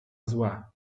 zła